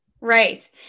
Right